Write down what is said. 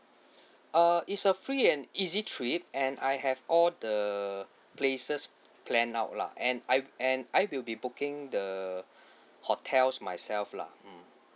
uh is a free and easy trip and I have all the places plan out lah and I and I will be booking the hotels myself lah mm